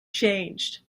changed